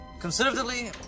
conservatively